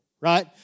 right